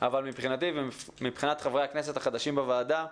אבל מבחינתי ומבחינת חברי הכנסת החדשים בוועדה,